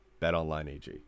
BetOnlineAG